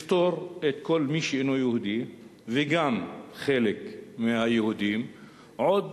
לפטור את כל מי שאינו יהודי וגם חלק מהיהודים עוד